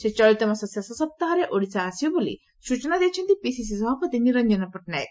ସେ ଚଳିତ ମାସ ଶେଷ ସପ୍ତାହରେ ଓଡ଼ିଶା ଆସିବେ ବୋଲି ସ୍ଚନା ଦେଇଛନ୍ତି ପିସିସି ସଭାପତି ନିରଞ୍ଞନ ପଟ୍ଟନାୟକ